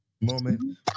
moment